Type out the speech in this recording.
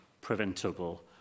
preventable